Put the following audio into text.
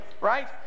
Right